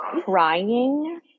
crying